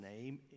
name